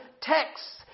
texts